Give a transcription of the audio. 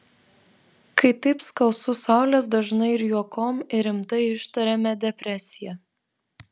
kai taip skalsu saulės dažnai ir juokom ir rimtai ištariame depresija